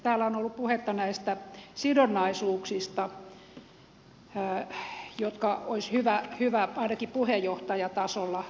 täällä on ollut puhetta näistä sidonnaisuuksista jotka olisi hyvä ainakin puheenjohtajatasolla kunnissakin ilmoittaa